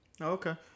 okay